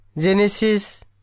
Genesis